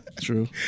true